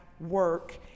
work